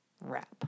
wrap